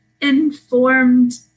informed